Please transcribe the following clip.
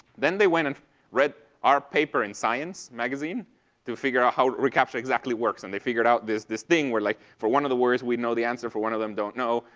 then they went and read our paper in science magazine to figure out how recaptcha, exactly, works. and they figured out this this thing where, like, for one of the words we know the answer, for one of them don't know,